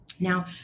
Now